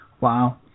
Wow